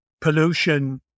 pollution